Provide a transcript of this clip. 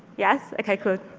yes? ok, good.